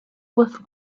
with